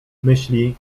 myśli